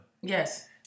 Yes